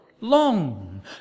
long